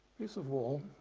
piece of wall.